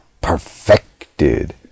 perfected